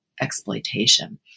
exploitation